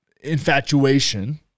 infatuation